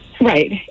Right